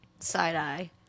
Side-eye